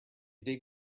dig